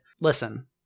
Listen